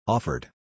Offered